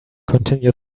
continued